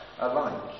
alike